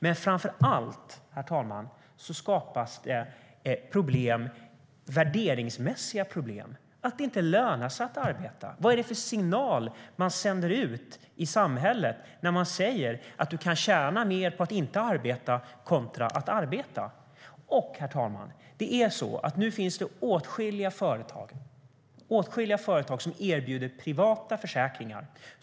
Men framför allt, herr talman, skapas det värderingsmässiga problem. Det lönar sig inte att arbeta. Jag undrar vad det är för signal man sänder ut i samhället när man säger: Du kan tjäna mer på att inte arbeta än på att arbeta. Herr talman! Det finns åtskilliga företag som erbjuder privata försäkringar.